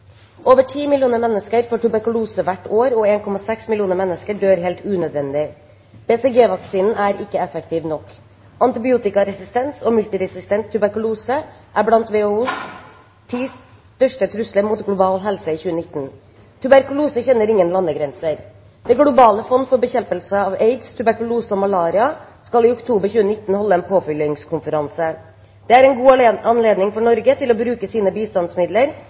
Over 10 millioner mennesker får tuberkulose hvert år, og 1,6 millioner mennesker dør helt unødvendig. BCG-vaksinen er ikke effektiv nok. Antibiotikaresistens, sammen med multiresistent tuberkulose, er blant WHOs ti største trusler mot global helse i 2019. Tuberkulose kjenner ingen landegrenser, og Norge er ikke forskånet for tuberkulose. Vi hadde nær 300 tilfeller i fjor, sågar flere multiresistente tuberkuloseinfeksjoner. Jeg vil bruke bistandsmidler til å